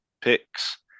picks